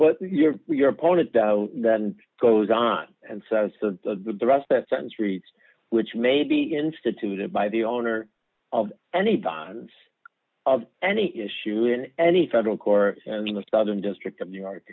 but you're your opponent then goes on and says to the rest that certain streets which may be instituted by the owner of any violence of any issue in any federal court in the southern district of new york